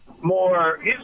more